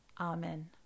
Amen